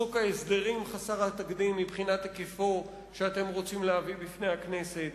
חוק ההסדרים חסר התקדים מבחינת היקפו שאתם רוצים להביא לפני הכנסת,